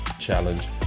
challenge